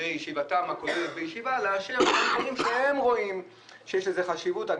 בישיבתם הכוללת בישיבה לאשר דברים שהם רואים שיש לזה חשיבות,